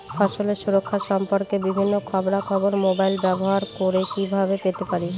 ফসলের সুরক্ষা সম্পর্কে বিভিন্ন খবরা খবর মোবাইল ব্যবহার করে কিভাবে পেতে পারি?